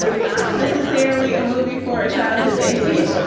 not necessarily a movie for a child his age,